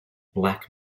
black